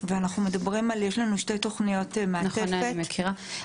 ואנחנו מדברים על יש לנו שתי תוכניות מעטפת ויש